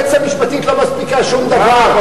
היועצת המשפטית לא מספיקה שום דבר.